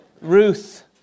Ruth